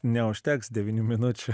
neužteks devynių minučių